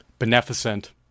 Beneficent